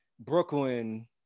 Brooklyn